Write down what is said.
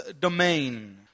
domain